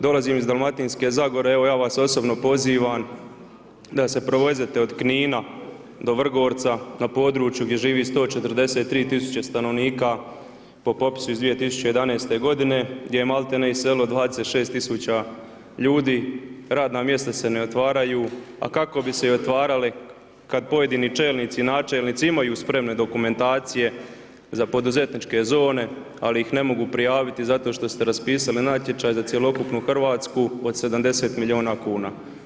Dolazim iz Dalmatinske zagore, evo ja vas osobno pozivam da se provezete od Knina do Vrgorca, na području gdje živi 143 000 stanovnika po popisu iz 2011. godine, gdje je malti ne iselilo 26 000 ljudi, radna mjesta se ne otvaraju, a kako bi se i otvarala kad pojedini čelnici, načelnici imaju spremne dokumentacije za poduzetničke zone ali ih ne mogu prijaviti zato što ste raspisali natječaj za cjelokupnu Hrvatsku od 70 milijuna kuna.